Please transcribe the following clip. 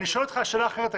אני שואל אותך שאלה אחרת.